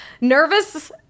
nervous